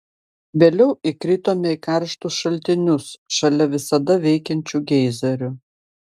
vėliau įkritome į karštus šaltinius šalia visada veikiančių geizerių